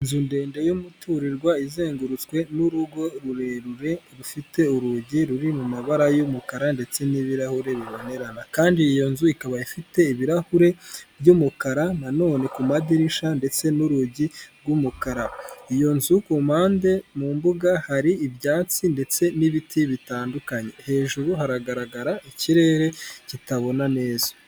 Inzu ndende y'umuturirwa izengurutswe n'urugo rurerure rufite urugi ruri mu mabara y'umukara ndetse n'ibirahure bibonerana, kandi iyo nzu ikaba ifite ibirahure by'umukara na none ku madirishya ndetse n'urugi rw'umukara. Iyo nzu ku mpande, mu mbuga hari ibyatsi ndetse n'ibiti bitandukanye, hejuru haragaragara ikirere kitabona neza.